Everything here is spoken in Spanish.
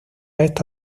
esta